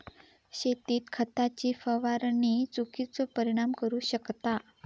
शेतीत खताची फवारणी चुकिचो परिणाम करू शकता